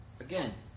Again